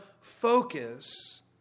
focus